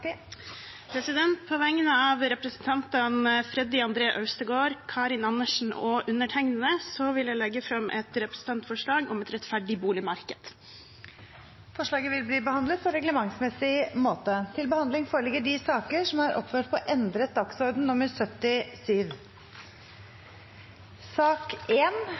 På vegne av representantene Freddy André Øvstegård, Karin Andersen og undertegnede vil jeg legge fram et representantforslag om et rettferdig boligmarked. Forslaget vil bli behandlet på reglementsmessig måte.